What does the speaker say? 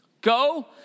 go